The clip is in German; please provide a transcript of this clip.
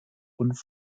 und